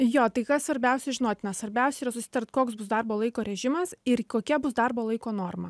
jo tai kas svarbiausia žinotina svarbiausia yra susitart koks bus darbo laiko režimas ir kokia bus darbo laiko norma